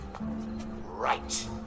Right